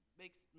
makes